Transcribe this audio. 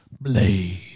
Blade